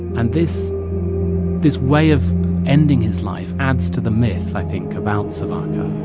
and this this way of ending his life adds to the myth, i think, about savarkar.